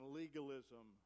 legalism